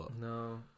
no